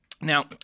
Now